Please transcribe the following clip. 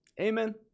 Amen